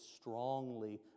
strongly